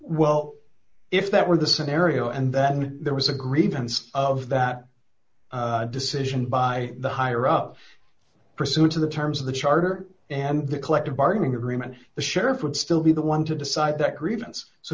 well if that were the scenario and that there was a grievance of that decision by the higher ups pursuant to the terms of the charter and the collective bargaining agreement the sheriff would still be the one to decide that grievance so